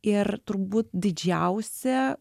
ir turbūt didžiausia